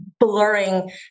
blurring